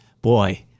Boy